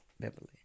Beverly